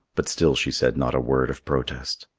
but still she said not a word of protest.